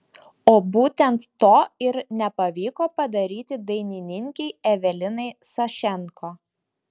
o būtent to ir nepavyko padaryti dainininkei evelinai sašenko